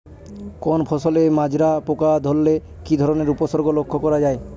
কোনো ফসলে মাজরা পোকা ধরলে কি ধরণের উপসর্গ লক্ষ্য করা যায়?